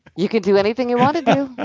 you can do anything you want to do.